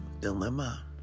dilemma